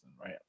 right